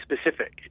specific